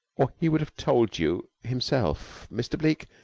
or he would have told you himself. mr. bleke,